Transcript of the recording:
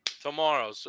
tomorrow